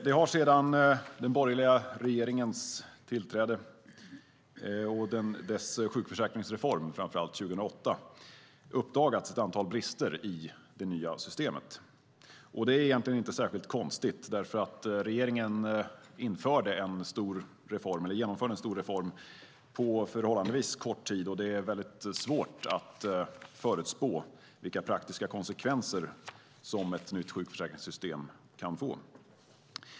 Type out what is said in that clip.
Det har sedan den borgerliga regeringens tillträde och framför allt sedan dess sjukförsäkringsreform 2008 uppdagats ett antal brister i det nya systemet. Det är egentligen inte särskilt konstigt, därför att regeringen genomförde en stor reform på förhållandevis kort tid, och det är väldigt svårt att förutspå vilka praktiska konsekvenser som ett nytt sjukförsäkringssystem kan få.